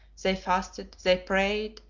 they fasted, they prayed,